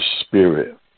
spirit